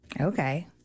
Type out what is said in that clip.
Okay